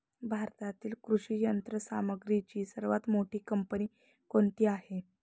भारतातील कृषी यंत्रसामग्रीची सर्वात मोठी कंपनी कोणती आहे?